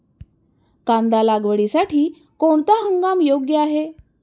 कांदा लागवडीसाठी कोणता हंगाम योग्य आहे?